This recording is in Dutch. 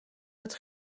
met